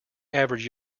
average